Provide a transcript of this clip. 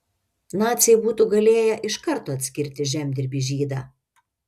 naciai būtų galėję iš karto atskirti žemdirbį žydą